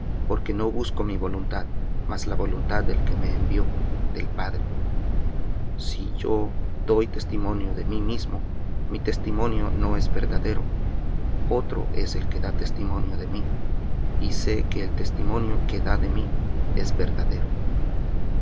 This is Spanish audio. porque no busco mi voluntad mas la voluntad del que me envió del padre si yo doy testimonio de mí mismo mi testimonio no es verdadero otro es el que da testimonio de mí y sé que el testimonio que da de mí es verdadero